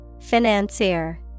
Financier